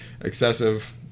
excessive